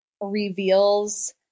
reveals